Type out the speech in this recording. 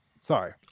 sorry